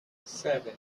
seven